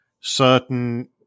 certain